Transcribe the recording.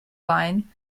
line